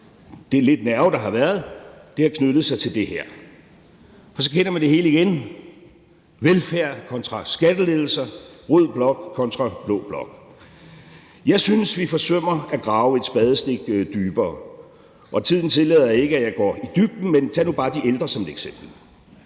det lidt nerve, der har været, har knyttet sig til det her, og så kender man det hele igen: velfærd kontra skattelettelser, rød blok kontra blå blok. Kl. 22:20 Jeg synes, vi forsømmer at grave et spadestik dybere, og tiden tillader ikke, at jeg går i dybden, men tag nu bare de ældre som et eksempel: